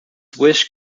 wish